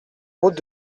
route